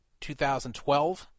2012